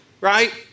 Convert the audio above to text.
right